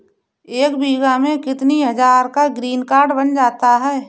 एक बीघा में कितनी हज़ार का ग्रीनकार्ड बन जाता है?